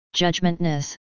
judgmentness